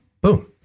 Boom